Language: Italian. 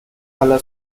alla